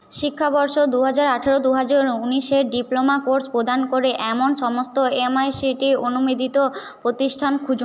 শিক্ষাবর্ষ দু হাজার আঠারো দু হাজার ঊনিশে ডিপ্লোমা কোর্স প্রদান করে এমন সমস্ত এমআইসিটিই অনুমোদিত প্রতিষ্ঠান খুঁজুন